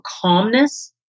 calmness